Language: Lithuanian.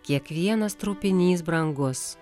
kiekvienas trupinys brangus